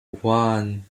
one